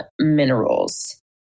minerals